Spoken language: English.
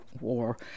war